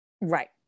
Right